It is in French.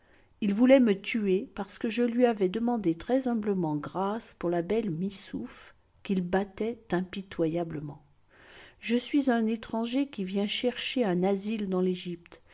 il voulait me tuer parceque je lui avais demandé très humblement grâce pour la belle missouf qu'il battait impitoyablement je suis un étranger qui vient chercher un asile dans l'egypte